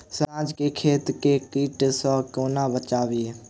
साग केँ खेत केँ कीट सऽ कोना बचाबी?